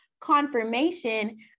confirmation